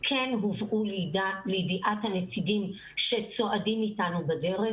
הובאו לידיעת הנציגים שצועדים איתנו בדרך.